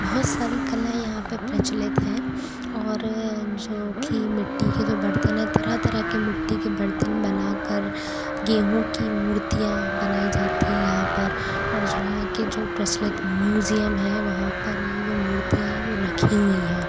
बहुत सारी कलाएँ यहाँ पर प्रचलित हैं और जो कि मिट्टी के जो बर्तन है तरह तरह के मिट्टी के बर्तन बना कर गेहूँ की मुर्तियाँ बनाई जाती हैं यहाँ पर और जो यहाँ के जो प्रचलित म्यूज़ियम हैं वहाँ पर ये जो मुर्तियाँ हैं वो रखीं हुईं हैं